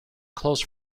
close